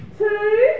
two